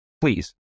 please